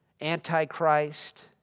antichrist